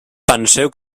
penseu